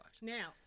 Now